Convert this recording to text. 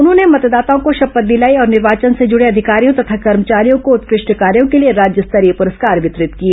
उन्होंने मतदाताओं को शपथ दिलाई और निर्वाचन से जुड़े अधिकारियों तथा कर्मचारियों को उत्कृष्ट कार्यो के लिए राज्य स्तरीय पुरस्कार वितरित किए